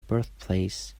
birthplace